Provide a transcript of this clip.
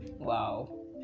wow